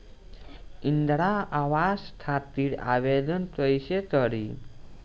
इंद्रा आवास खातिर आवेदन कइसे करि?